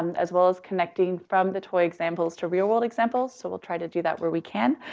um as well as connecting from the toy examples to real-world examples. so we'll try to do that where we can.